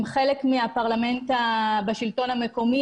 הם חלק מהפרלמנט בשלטון המקומי,